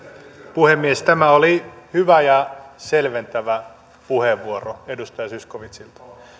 puhemies tämä oli hyvä ja selventävä puheenvuoro edustaja zyskowiczilta